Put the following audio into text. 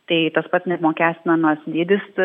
tai tas pats neapmokestinamas dydis